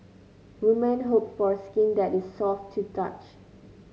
women hope for skin that is soft to touch